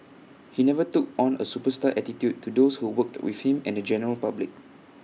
he never took on A superstar attitude to those who worked with him and the general public